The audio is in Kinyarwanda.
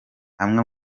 amwe